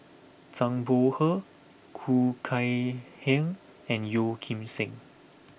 Zhang Bohe Khoo Kay Hian and Yeo Kim Seng